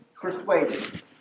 persuaded